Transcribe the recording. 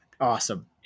Awesome